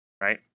Right